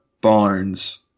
Barnes